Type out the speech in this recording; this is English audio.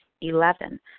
Eleven